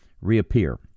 reappear